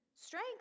Strength